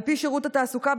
על פי שירות התעסוקה,